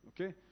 Okay